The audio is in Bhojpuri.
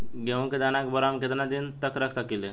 गेहूं के दाना के बोरा में केतना दिन तक रख सकिले?